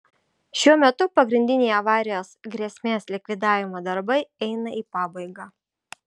šiuo metu pagrindiniai avarijos grėsmės likvidavimo darbai eina į pabaigą